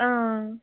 हां